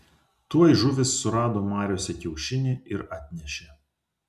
tuoj žuvys surado mariose kiaušinį ir atnešė